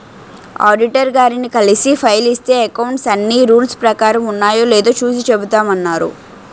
auditor గారిని కలిసి file ఇస్తే అకౌంట్స్ అన్నీ రూల్స్ ప్రకారం ఉన్నాయో లేదో చూసి చెబుతామన్నారు